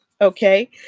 Okay